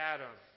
Adam